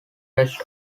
rest